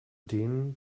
denen